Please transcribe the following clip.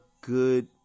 good